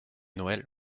noël